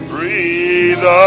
Breathe